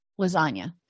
lasagna